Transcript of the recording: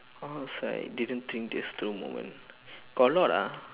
what was I didn't think this through moment got a lot lah